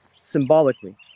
symbolically